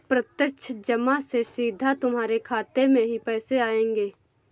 प्रत्यक्ष जमा से सीधा तुम्हारे खाते में ही पैसे आएंगे